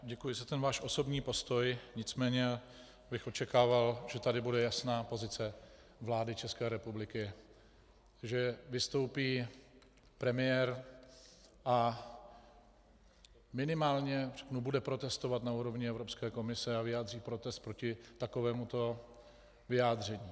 Děkuji za ten váš osobní postoj, nicméně bych očekával, že tady bude jasná pozice vlády České republiky, že vystoupí premiér a minimálně bude protestovat na úrovni Evropské komise a vyjádří protest proti takovémuto vyjádření.